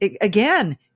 Again